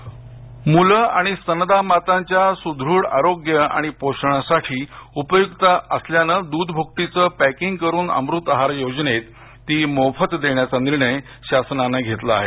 दुध भकटी मूलं आणि स्तनदा मातांच्या सुदूढ आरोआणि व पोषणासाठी उपयुक्त असल्याने दूध भुकटीचं पॅकिंग करून अमृत आहार योजनेत ती मोफत देण्याचा निर्णय शासनानं घेतला आहे